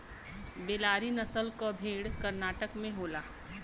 बेल्लारी नसल क भेड़ कर्नाटक में होला